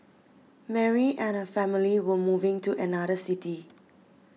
Mary and her family were moving to another city